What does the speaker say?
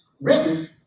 written